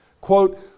Quote